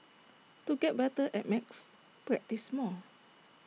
to get better at maths practise more